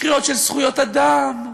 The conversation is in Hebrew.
קריאות של זכויות אדם,